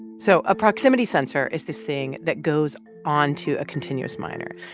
so a proximity sensor is this thing that goes onto a continuous miner.